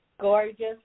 Gorgeous